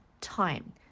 time